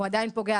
הוא עדיין פוגע.